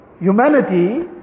humanity